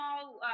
small